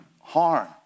harm